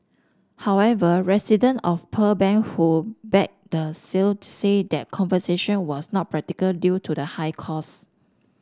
however resident of Pearl Bank who backed the sale said that conservation was not practical due to the high cost